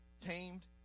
tamed